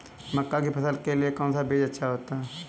मक्का की फसल के लिए कौन सा बीज अच्छा होता है?